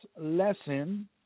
lesson